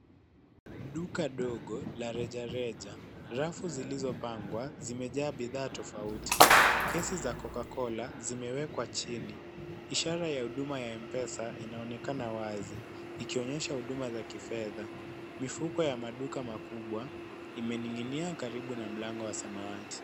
Duka dogi la reja reja. Rafu zilizopangwa zimejaa bidhaa tofauti. Kesi za Coca Cola zimewekwa chini. Ishara ya huduma ya M-Pesa inaonekana wazi ikionyesha huduma za kifedha. Mifuko ya maduka makubwa imening'inia karibu na mlango wa samawati.